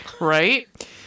Right